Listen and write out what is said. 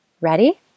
Ready